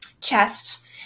chest